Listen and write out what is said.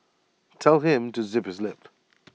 tell him to zip his lip